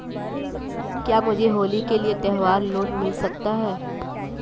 क्या मुझे होली के लिए त्यौहार लोंन मिल सकता है?